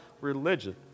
religion